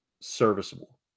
serviceable